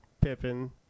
Pippin